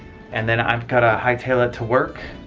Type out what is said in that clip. and then i've gotta high tail it to work,